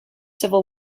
civil